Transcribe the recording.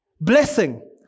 Blessing